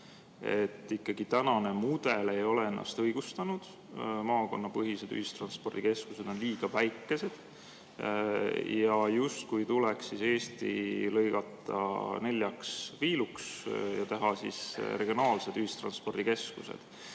ikkagi ei ole ennast õigustanud. Maakonnapõhised ühistranspordikeskused on liiga väikesed, nüüd tuleks Eesti lõigata neljaks viiluks ja teha regionaalsed ühistranspordikeskused.